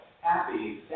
happy